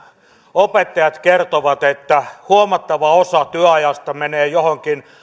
opettajat kertovat että huomattava osa työajasta menee johonkin